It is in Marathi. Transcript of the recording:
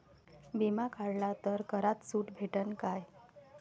बिमा काढला तर करात सूट भेटन काय?